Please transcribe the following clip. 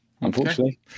Unfortunately